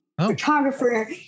photographer